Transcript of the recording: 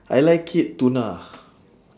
I like it tuna